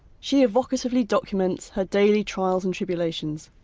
she evocatively documents her daily trials and tribulations,